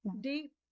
Deep